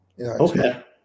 Okay